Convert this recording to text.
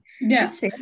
Yes